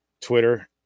Twitter